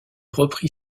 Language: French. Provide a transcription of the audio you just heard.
reprit